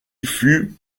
fut